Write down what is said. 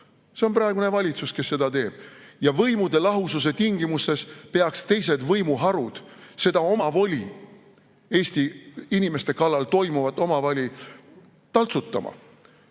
See on praegune valitsus, kes seda teeb. Ja võimude lahususe tingimustes peaks teised võimuharud seda omavoli, Eesti inimeste kallal toimuvat omavoli taltsutama.